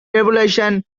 revolution